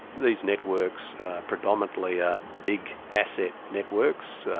these networks are predominantly ah big asset networks,